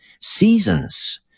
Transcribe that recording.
seasons